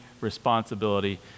responsibility